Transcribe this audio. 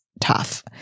tough